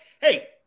Hey